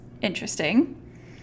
interesting